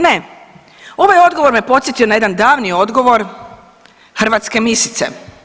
Ne, ovaj odgovor me podsjetio na jedan davni odgovor hrvatske misice.